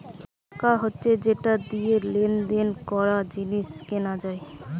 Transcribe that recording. টাকা হচ্ছে যেটা দিয়ে লেনদেন করা, জিনিস কেনা যায়